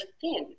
thin